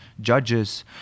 judges